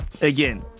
again